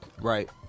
Right